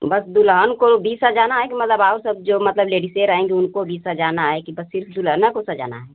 बस दुल्हन को भी सजाना है कि मतलब और सब जो मतलब लेडीसेँ रहेंगी उनको भी सजाना है कि बस सिर्फ दुल्हने को सजाना है